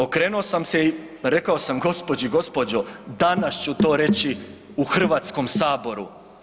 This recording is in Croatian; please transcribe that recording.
Okrenuo sam se i rekao gospođi, gospođo danas ću to reći u Hrvatskom saboru.